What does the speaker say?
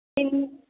പിന്